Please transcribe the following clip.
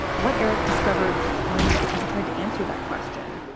what eric discovered when he tried to answer that question.